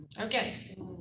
okay